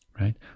right